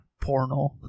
Porno